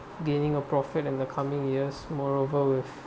gaining a profit in the coming years moreover with